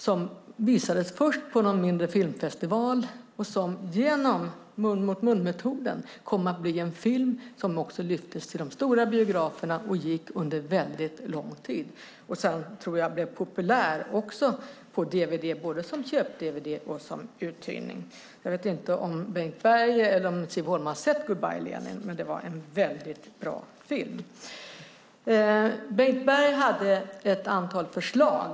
Den visades först på någon mindre filmfestival, och genom mun-till-mun-metoden kom den att bli en film som lyftes till de stora biograferna och gick under väldigt lång tid. Sedan tror jag att den blev populär också på dvd, både som köp-dvd och som uthyrning. Jag vet inte om Bengt Berg eller Siv Holma har sett Goodbye Lenin , men det var en väldigt bra film. Bengt Berg hade ett antal förslag.